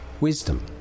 wisdom